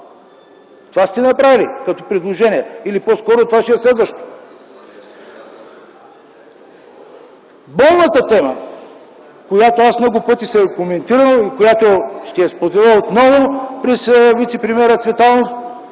Това сте направили като предложение, или по скоро това ще е следващото. Болната тема, която много пъти съм коментирал и ще я споделя отново пред вицепремиера Цветанов,